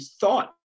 thought